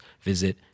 visit